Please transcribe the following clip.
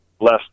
less